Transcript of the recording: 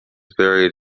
buried